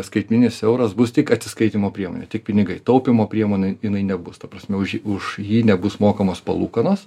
skaitmeninis euras bus tik atsiskaitymo priemonė tik pinigai taupymo priemonė jinai nebus ta prasme už už jį nebus mokamos palūkanos